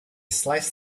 slice